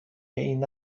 این